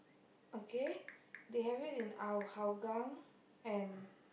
okay they have it in Hou~ Hougang and